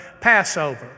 Passover